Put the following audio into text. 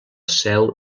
seu